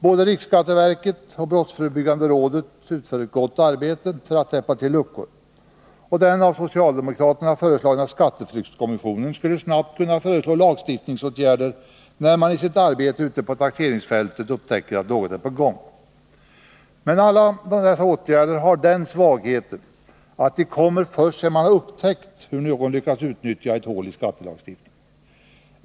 Både riksskatteverket och brottsförebyggande rådet utför ett gott arbete för att täppa till luckor. Den av socialdemokraterna föreslagna skatteflyktskommissionen skulle snabbt kunna föreslå lagstiftningsåtgärder sedan man i sitt arbete ute på taxeringsfältet upptäckt att något är på gång. Men alla dessa åtgärder har den svagheten att de kommer först sedan man upptäckt hur någon lyckats utnyttja ett hål i skattelagstiftningen.